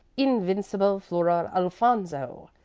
invincible flora alphonzo,